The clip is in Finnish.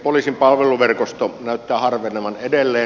poliisin palveluverkosto näyttää harvenevan edelleen